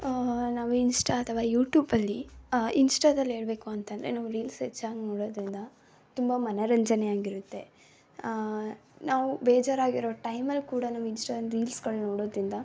ನಾವು ಇನ್ಸ್ಟಾ ಅಥವಾ ಯೂ ಟ್ಯೂಬಲ್ಲಿ ಇನ್ಸ್ಟಾದಲ್ಲಿ ಹೇಳಬೇಕು ಅಂತ ಅಂದ್ರೆ ನಾವು ರೀಲ್ಸ್ ಹೆಚ್ಚಾಗಿ ನೋಡೋದರಿಂದ ತುಂಬ ಮನೋರಂಜನೆಯಾಗಿರುತ್ತೆ ನಾವು ಬೇಜಾರಾಗಿರೋ ಟೈಮಲ್ಲಿ ಕೂಡ ನಾವು ಇನ್ಸ್ಟಾ ರೀಲ್ಸ್ಗಳು ನೋಡೋದರಿಂದ